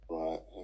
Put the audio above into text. right